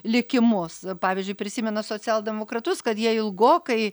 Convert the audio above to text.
likimus pavyzdžiui prisimena socialdemokratus kad jie ilgokai